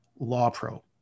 LawPro